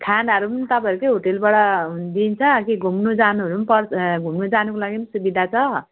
खानाहरू पनि तपाईँहरूकै होटेलबाट दिन्छ कि घुम्नु जानुहरू पनि पर घुम्नु जानुको लागि पनि सुविधा छ